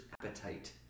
appetite